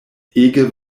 ege